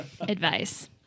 advice